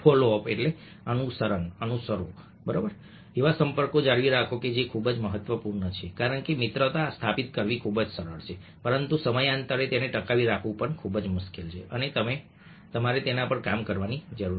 ફોલોઅપઅનુસરો કરો એવા સંપર્કો જાળવી રાખો જે ખૂબ જ મહત્વપૂર્ણ છે કારણ કે મિત્રતા સ્થાપિત કરવી ખૂબ જ સરળ છે પરંતુ સમયાંતરે તેને ટકાવી રાખવું ખૂબ મુશ્કેલ છે અને તમારે તેના પર કામ કરવાની જરૂર છે